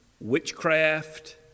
witchcraft